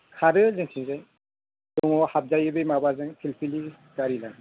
खारो जोंनिथिंजाय दङ हाबजायो बे माबाजों फिलफिलि गारिजों